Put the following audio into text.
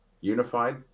unified